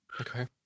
Okay